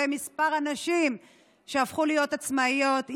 ומספר הנשים שנהפכו לעצמאיות,